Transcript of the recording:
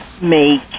make